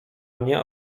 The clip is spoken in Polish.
mnie